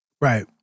Right